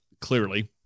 clearly